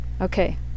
Okay